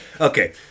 Okay